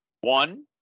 One